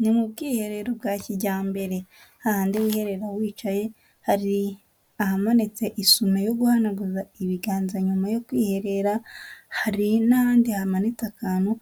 Ni mu bwiherero bwa kijyambere hahandi wiherera wicaye hari ahamanitse isume yo guhanaguza ibiganza nyuma yo kwiherera, hari n'ahandi hamanitse akantu